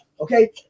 okay